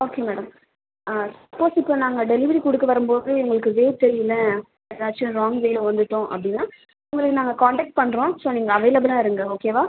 okay madam ஆ suppose இப்போ நாங்கள் டெலிவரி கொடுக்க வரும் போது எங்களுக்கு வே தெரியல ஏதாச்சும் ராங் வேயில் வந்துட்டோம் அப்படின்னா உங்களுக்கு நாங்கள் காண்டாக்ட் பண்ணுறோம் ஸோ நீங்கள் அவைலபுளாக இருங்கள் ஓகேவா